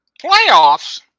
Playoffs